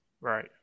Right